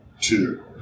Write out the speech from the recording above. Two